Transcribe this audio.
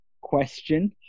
question